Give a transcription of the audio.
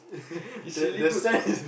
it's really good